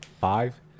Five